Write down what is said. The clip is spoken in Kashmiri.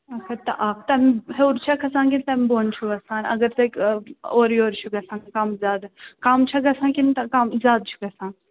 اَکھ ہتھ تہٕ اَکھ تَمہِ ہیٚور چھا کھَسان کِنہٕ تَمہِ بۅن چھُ وَسان اَگر تۄہہِ اَورٕ یورٕ چھُ گَژھان کم زیادٕ کم چھا گَژھان کِنہٕ کم زیادٕ چھُ گَژھان